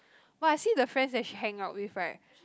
but I see the friends that she hang out with right